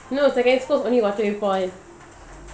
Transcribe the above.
no secondary school is only waterway point